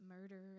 murder